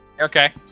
Okay